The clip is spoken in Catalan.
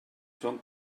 son